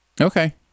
Okay